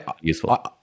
useful